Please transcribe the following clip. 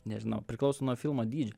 nežinau priklauso nuo filmo dydžio